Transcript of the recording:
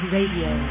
Radio